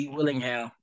Willingham